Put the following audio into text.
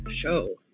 show